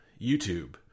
YouTube